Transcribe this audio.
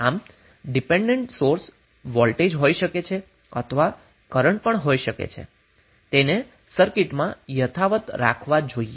આમ dependent source voltage હોઈ શકે છે અથવા કરન્ટ સોર્સ હોય શકે છે તેને સર્કિટમાં યથાવત રાખવો જોઈએ